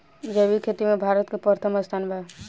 जैविक खेती में भारत के प्रथम स्थान बा